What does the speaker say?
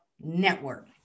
network